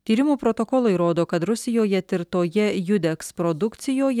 tyrimų protokolai rodo kad rusijoje tirtoje judeks produkcijoje